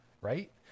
right